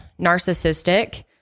narcissistic